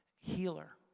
Healer